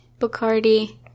Bacardi